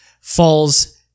falls